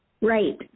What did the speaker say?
Right